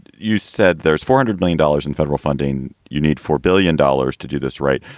you said there's four hundred million dollars in federal funding. you need four billion dollars to do this, right?